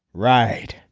right.